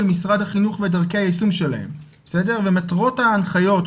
משרד החינוך ודרכי היישום שלהם ומטרות ההנחיות,